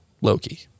Loki